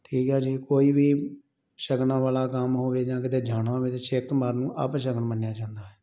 ਠੀਕ ਆ ਜੀ ਕੋਈ ਵੀ ਸ਼ਗਨਾਂ ਵਾਲਾ ਕੰਮ ਹੋਵੇ ਜਾਂ ਕਿਤੇ ਜਾਣਾ ਹੋਵੇ ਤਾਂ ਛਿੱਕ ਮਾਰਨ ਨੂੰ ਅਪਸ਼ਗਨ ਮੰਨਿਆ ਜਾਂਦਾ ਹੈ